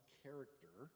character